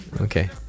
Okay